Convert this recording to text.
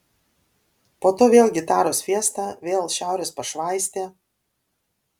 po to vėl gitaros fiesta vėl šiaurės pašvaistė